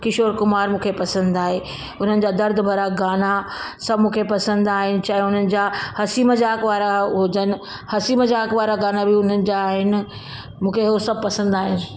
किशोर कुमार मूंखे पसंदि आहे उन्हनि जा दर्द भरा गाना सभु मूंखे पसंदि आहिनि चाहे उन्हनि जा हसी मज़ाक वारा हुजनि हसी मज़ाक वारा गाना बि उन्हनि जा आहिनि मूंखे हो सभु पसंदि आहे